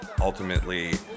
ultimately